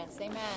Amen